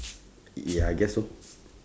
ya I guess so